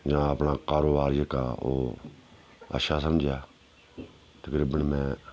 जां अपना कारोबार जेह्का ओह् अच्छा समझेआ तकरीबन में